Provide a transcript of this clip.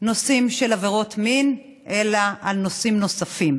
בנושאים של עבירות מין אלא בנושאים נוספים,